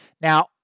now